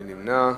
מי נמנע?